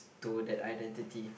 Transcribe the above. to that identity